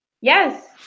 Yes